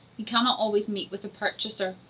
he cannot always meet with a purchaser,